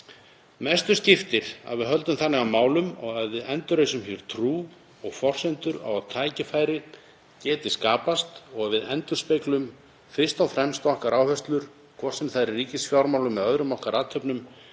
Mestu skiptir að við höldum þannig á málum að við endurreisum trú og forsendur fyrir því að tækifæri geti skapast og að við endurspeglum fyrst og fremst okkar áherslur, hvort sem það er í ríkisfjármálum eða öðrum okkar athöfnum,